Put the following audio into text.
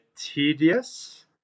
tedious